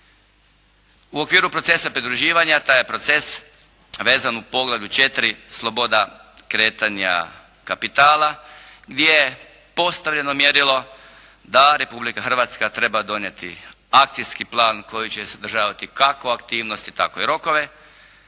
U okviru procesa pridruživanja taj je proces vezan u poglavlju 4. sloboda kretanja kapitala gdje je postavljeno mjerilo da Republika Hrvatska treba donijeti akcijski plan koji će sadržavati kakvu aktivnost tako i rokove